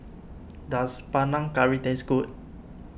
does Panang Curry taste good